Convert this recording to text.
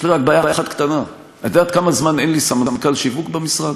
יש לי רק בעיה אחת קטנה: את יודעת כמה זמן אין לי סמנכ"ל שיווק במשרד?